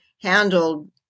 handled